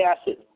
acid